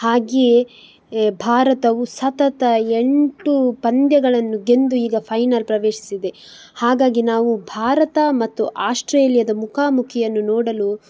ಹಾಗೆಯೆ ಭಾರತವು ಸತತ ಎಂಟು ಪಂದ್ಯಗಳನ್ನು ಗೆದ್ದು ಈಗ ಫೈನಲ್ ಪ್ರವೇಶಿಸಿದೆ ಹಾಗಾಗಿ ನಾವು ಭಾರತ ಮತ್ತು ಆಸ್ಟ್ರೇಲಿಯಾದ ಮುಖಾಮುಖಿಯನ್ನು ನೋಡಲು